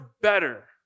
better